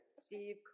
Steve